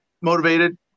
motivated